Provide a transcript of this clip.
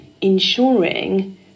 ensuring